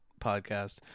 podcast